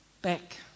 back